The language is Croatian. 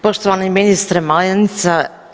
Poštovani ministre Malenica.